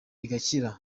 igakira